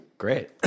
Great